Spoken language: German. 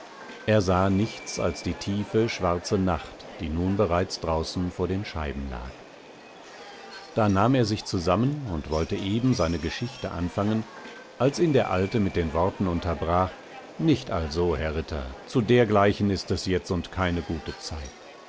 er sah nichts als die tiefe schwarze nacht die nun bereits draußen vor den scheiben lag da nahm er sich zusammen und wollte eben seine geschichte anfangen als ihn der alte mit den worten unterbrach nicht also herr ritter zu dergleichen ist es jetzund keine gute zeit